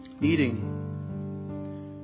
eating